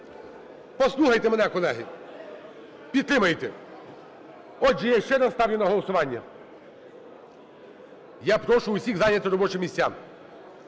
Послухайте мене, колеги, підтримайте! Отже, я ще раз ставлю на голосування. Я прошу всіх зайняти робочі місця.